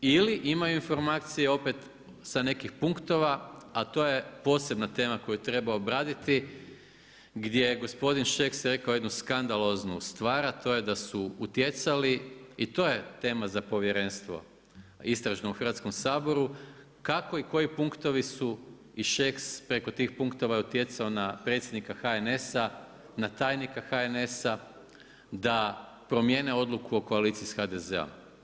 Ili imaju informaciju opet sa nekih punktova, a to je posebna tema koju treba obraditi, gdje je gospodin Šeks rekao jednu skandaloznu stvar, a to je da su utjecali i to je tema za povjerenstvo istražno u Hrvatskom saboru, kako i koji punktovi i Šeks preko tih punktova utjecao na predsjednika HNS-a, na tajnika HNS-a, da promjene odluku o koaliciju sa HDZ-om.